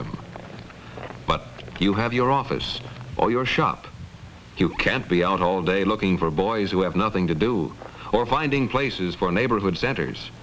them but you have your office or your shop you can't be out all day looking for boys who have nothing to do or finding places for neighborhood